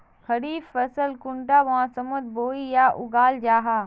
खरीफ फसल कुंडा मोसमोत बोई या उगाहा जाहा?